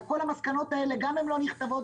כל המסקנות האלה גם לא נכתבות,